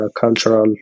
cultural